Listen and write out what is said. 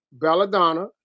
Belladonna